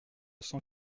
cent